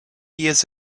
years